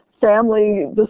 family